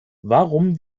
warum